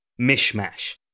mishmash